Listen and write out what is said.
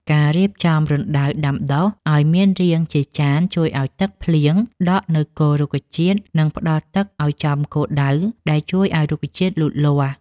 ការរៀបចំរណ្តៅដាំដុះឱ្យមានរាងជាចានជួយឱ្យទឹកភ្លៀងដក់នៅគល់រុក្ខជាតិ និងផ្តល់ទឹកឱ្យចំគោលដៅដែលជួយឱ្យរុក្ខជាតិលូតលាស់។